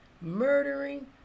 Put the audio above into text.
murdering